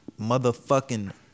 Motherfucking